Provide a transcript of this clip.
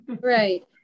right